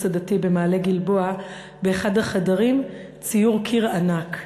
הדתי במעלה-גלבוע באחד החדרים ציור קיר ענק.